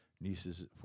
nieces